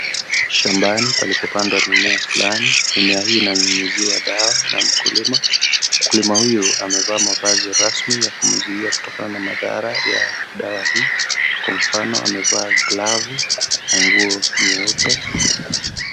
Shambani palipopandwa mimea fulani mimea hii inanyunyiziwa dawa na mkulima, mkulima huyu amevaa mavazi rasmi ya kumzuia kutokana na madhara ya dawa hii kwa mfano amevaa glavu na nguo nyeupe.